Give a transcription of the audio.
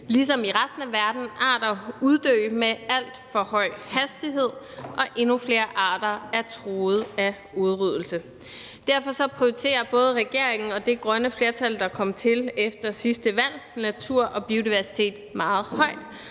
ligesom i resten af verden, at arter uddør med alt for høj hastighed, og at endnu flere arter er truet af udryddelse. Derfor prioriterer både regeringen og det grønne flertal, der kom til efter sidste valg, natur og biodiversitet meget højt,